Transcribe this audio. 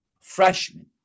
freshman